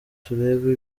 turebe